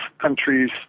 countries